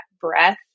breath